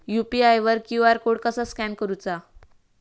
UPI वर QR code कसा scan करूचा?